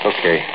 Okay